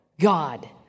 God